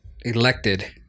elected